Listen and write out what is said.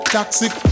Toxic